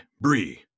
Bree